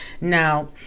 now